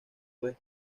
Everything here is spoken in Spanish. pueden